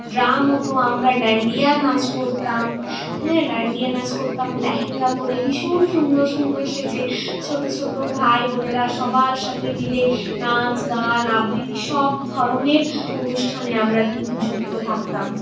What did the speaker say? drum হতো আমরা ডান্ডিয়া নাচ করতাম হ্যাঁ ডান্ডিয়া নাচ করতাম লেহেঙ্গা পড়ে ভীষণ সুন্দর সুন্দর সেজে ছোট ছোট ভাইবোনেরা সবার সাথে মিলে নাচ গান আবৃত্তি সব ধরনের অনুষ্ঠানে আমরা কিন্তু যুক্ত থাকতাম